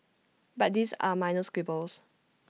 but these are minors quibbles